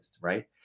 right